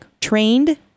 trained